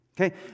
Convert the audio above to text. okay